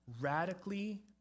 radically